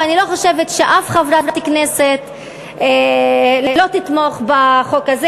ואני לא חושבת שמישהי מחברות הכנסת לא תתמוך בחוק הזה.